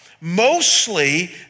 mostly